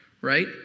right